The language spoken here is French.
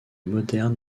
modern